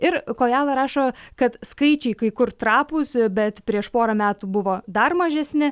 ir kojala rašo kad skaičiai kai kur trapūs bet prieš porą metų buvo dar mažesni